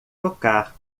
tocar